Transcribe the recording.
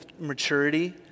maturity